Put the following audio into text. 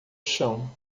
chão